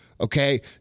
Okay